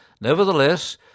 Nevertheless